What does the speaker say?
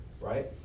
Right